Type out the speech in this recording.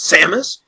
Samus